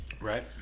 right